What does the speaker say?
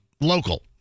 local